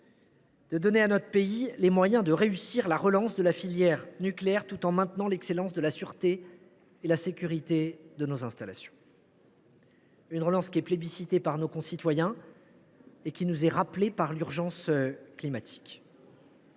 de donner à notre pays les moyens de réussir la relance de la filière nucléaire, tout en maintenant l’excellence de la sûreté et de la sécurité de nos installations. C’est une relance qui est plébiscitée par nos concitoyens et qui nous est rappelée par l’urgence climatique.